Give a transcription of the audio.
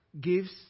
gives